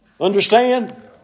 Understand